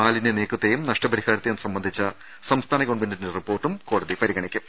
മാലിന്യ നീക്കത്തേയും നഷ്ട പരിഹാരത്തേയും സംബന്ധിച്ച സംസ്ഥാന ഗവൺമെന്റിന്റെ റിപ്പോർട്ട് കോടതി പരിഗണിക്കും